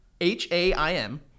H-A-I-M